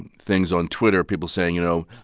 and things on twitter, people saying you know,